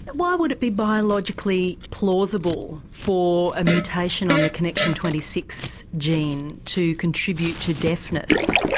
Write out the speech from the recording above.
why would it be biologically plausible for a mutation on the connexin twenty six gene to contribute to deafness?